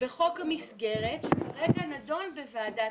בחוק המסגרת, שכרגע נדון בוועדת